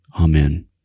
Amen